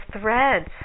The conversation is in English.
threads